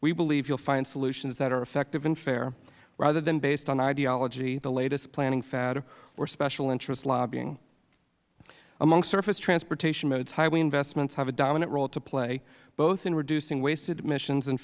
we believe you will find solutions that are effective and fair rather than based on ideology the latest planning fad or special interest lobbying among surface transportation modes highway investments have a dominant role to play both in reducing wasted emissions and